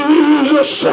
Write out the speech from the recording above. Jesus